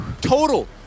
Total